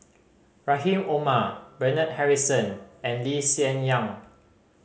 Rahim Omar Bernard Harrison and Lee Hsien Yang